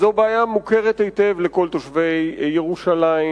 זו בעיה מוכרת היטב לכל תושבי ירושלים,